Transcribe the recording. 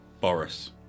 Boris